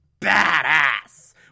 badass